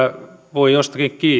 voi jostakin